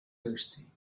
thirsty